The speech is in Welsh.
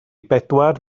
bedwar